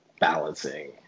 balancing